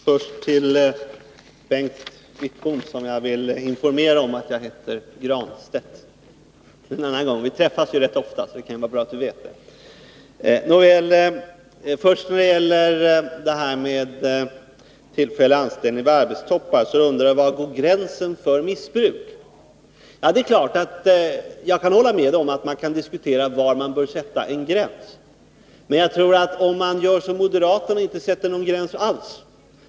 Fru talman! Först vill jag informera Bengt Wittbom om att jag heter Granstedt. Vi träffas ju rätt ofta, så det kan vara bra att veta. När det gäller tillfällig anställning vid arbetstoppar undrar jag: Var går gränsen för missbruk? Jag kan hålla med om att vi kan diskutera var gränsen bör sättas, men jag tror inte att vi skall göra som moderaterna och inte sätta någon gräns alls.